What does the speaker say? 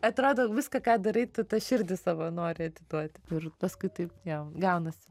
atrado viską ką darai tu tą širdį savo nori atiduoti ir paskui taip jo gaunasi